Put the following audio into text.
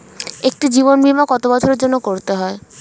একটি জীবন বীমা কত বছরের জন্য করতে হয়?